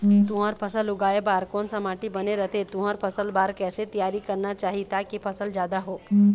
तुंहर फसल उगाए बार कोन सा माटी बने रथे तुंहर फसल बार कैसे तियारी करना चाही ताकि फसल जादा हो?